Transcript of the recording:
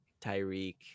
Tyreek